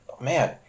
man